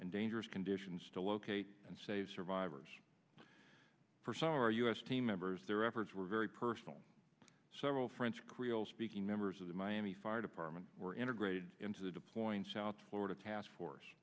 and dangerous conditions to locate and save survivors for summer u s team members their efforts were very personal several french creole speaking members of the miami fire department were integrated into the deploying south florida task force